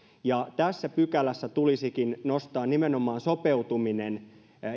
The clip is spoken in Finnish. tässä pykälässä tulisikin nostaa nimenomaan sopeutuminen